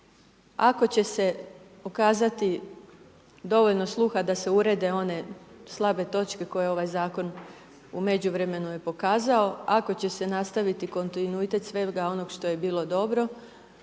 Ako će se pokazati dovoljno sluha da se urede one slabe točke koje ovaj Zakon u međuvremenu je pokazao, ako će se nastaviti kontinuitet svega onoga što je bilo dobro,